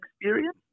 experience